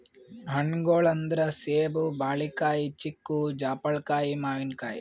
ಹಣ್ಣ್ಗೊಳ್ ಅಂದ್ರ ಸೇಬ್, ಬಾಳಿಕಾಯಿ, ಚಿಕ್ಕು, ಜಾಪಳ್ಕಾಯಿ, ಮಾವಿನಕಾಯಿ